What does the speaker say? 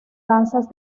danzas